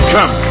Come